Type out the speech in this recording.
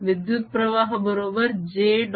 विद्युत प्रवाह बरोबर J